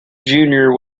junior